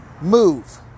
move